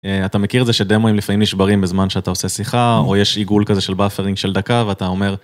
אתה מכיר את זה שדמוים לפעמים נשברים בזמן שאתה עושה שיחה, או יש עיגול כזה של באפרינג של דקה, ואתה אומר...